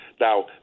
Now